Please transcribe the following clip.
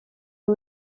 ubu